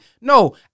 No